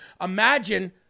imagine